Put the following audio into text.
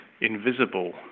invisible